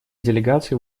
делегации